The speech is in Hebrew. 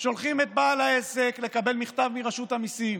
שולחים את בעל העסק לקבל מכתב מרשות המיסים,